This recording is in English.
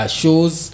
shows